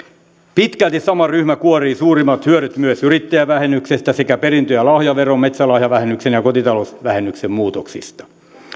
pitkälti sama ryhmä kuorii suurimmat hyödyt myös yrittäjävähennyksestä sekä perintö ja lahjaveron metsälahjavähennyksen ja kotitalousvähennyksen muutoksista